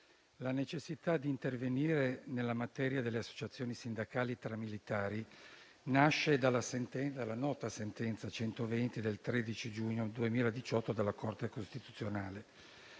la necessità di intervenire nella materia delle associazioni sindacali tra militari nasce dalla nota sentenza n. 120 del 13 giugno 2018 della Corte costituzionale,